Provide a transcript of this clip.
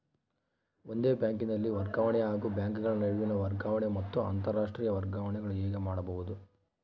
ಒಂದೇ ಬ್ಯಾಂಕಿನಲ್ಲಿ ವರ್ಗಾವಣೆ ಹಾಗೂ ಬ್ಯಾಂಕುಗಳ ನಡುವಿನ ವರ್ಗಾವಣೆ ಮತ್ತು ಅಂತರಾಷ್ಟೇಯ ವರ್ಗಾವಣೆಗಳು ಹೇಗೆ ಮಾಡುವುದು?